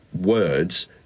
words